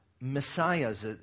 messiahs